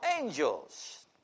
angels